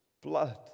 blood